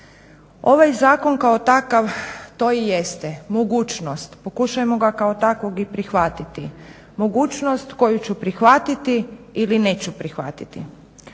Ovaj zakon kao takav to i jeste, mogućnost. Pokušajmo ga kao takvog i prihvatiti. Mogućnost koju ću prihvatiti ili neću prihvatiti.